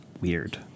weird